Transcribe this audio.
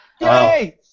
Yay